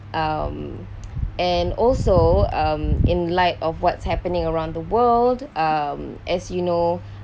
um and also um in light of what's happening around the world um as you know